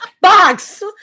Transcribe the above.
Box